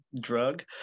drug